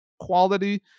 quality